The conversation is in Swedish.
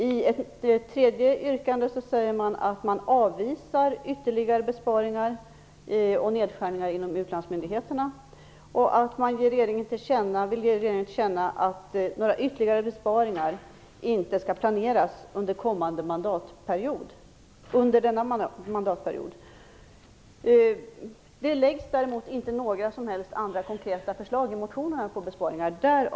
I ett tredje yrkande säger man att man avvisar ytterligare besparingar och nedskärningar inom utlandsmyndigheterna och vill ge regeringen till känna att några ytterligare besparingar inte skall planeras under denna mandatperiod. Det läggs däremot inte fram några som helst andra konkreta förslag till besparingar i motionerna.